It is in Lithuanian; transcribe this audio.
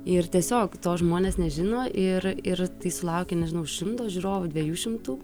ir tiesiog to žmonės nežino ir ir tai sulaukia nežinau šimto žiūrovų dviejų šimtų